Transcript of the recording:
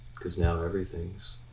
because now, everything's